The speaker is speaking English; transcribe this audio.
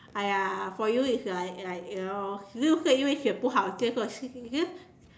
!aiya! for you it's like like you know